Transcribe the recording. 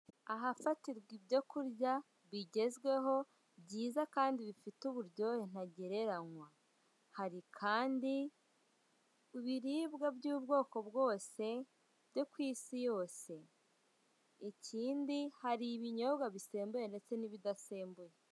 Ahafatirwa ibyo kurya bigezweho byiza kandi bifite uburyohe ntagereranywa, hari kandi ibiribwa by'ubwoko bwose byo ku Isi yose, ikindi hari ibinyobwa bisembuye ndetse n'ibidasembuye.